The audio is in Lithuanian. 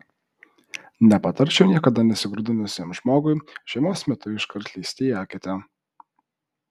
nepatarčiau niekada nesigrūdinusiam žmogui žiemos metu iškart lįsti į eketę